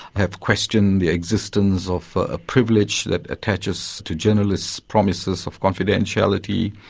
have questioned the existence of a privilege that attaches to journalists' promises of confidentiality,